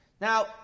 Now